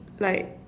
like